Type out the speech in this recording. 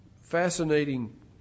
fascinating